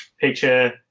picture